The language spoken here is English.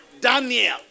Daniel